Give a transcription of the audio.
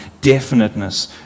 definiteness